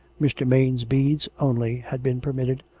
mr. maine's beads, only, had been permitted,